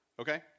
Okay